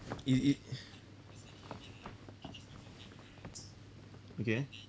it it okay